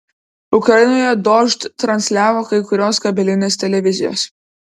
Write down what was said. ukrainoje dožd transliavo kai kurios kabelinės televizijos